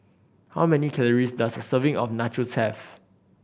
how many calories does a serving of Nachos have